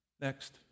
Next